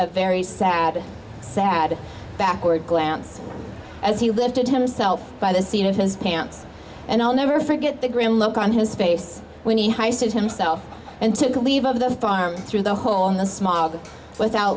a very sad sad backward glance as he lifted himself by the seat of his pants and i'll never forget the grim look on his face when he heisted himself and took leave of the farm through the hole in the smog without